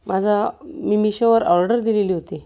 माझा मी मिशोवर ऑर्डर दिलेली होती